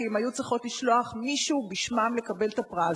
והן היו צריכות לשלוח מישהו בשמן לקבל את הפרס.